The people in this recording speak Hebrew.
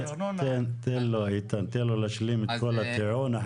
ארנונה --- תן לו להשלים את כל הטיעון.